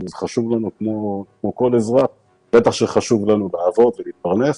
זה חשוב לנו כמו שחשוב לכל אזרח ובטח שחשוב לנו לעבוד ולהתפרנס.